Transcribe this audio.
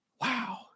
Wow